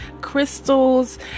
crystals